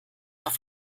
auf